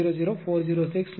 00406 j0